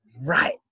right